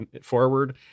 forward